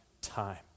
time